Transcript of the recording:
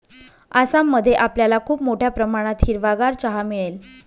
आसाम मध्ये आपल्याला खूप मोठ्या प्रमाणात हिरवागार चहा मिळेल